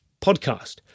podcast